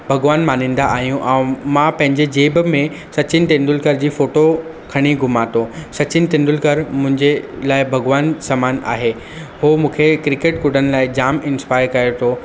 भॻिवानु मञींदा आहियूं ऐं मां पंहिंजे जेब में सचिन तेंदुलकर जी फोटो खणी घुमा थो सचिन तेंदुलकर मुंहिंजे लाइ भॻिवानु समानु आहे उहे मूंखे क्रिकेट कुॾणु लाइ जामु इंसपायर करे थो